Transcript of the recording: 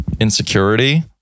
insecurity